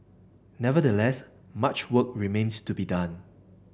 nevertheless much work remains to be done